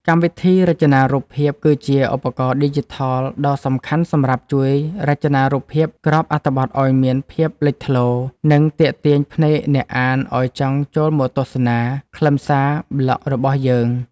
កម្មវិធីរចនារូបភាពគឺជាឧបករណ៍ឌីជីថលដ៏សំខាន់សម្រាប់ជួយរចនារូបភាពក្របអត្ថបទឱ្យមានភាពលេចធ្លោ និង ទាក់ទាញភ្នែកអ្នកអានឱ្យចង់ចូលមកទស្សនាខ្លឹមសារប្លក់របស់យើង។